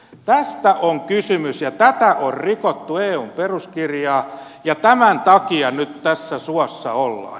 tästä on kysymys ja tätä on rikottu eun peruskirjaa ja tämän takia nyt tässä suossa ollaan